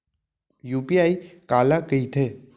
UPI काला कहिथे?